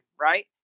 right